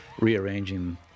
rearranging